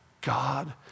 God